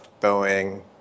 Boeing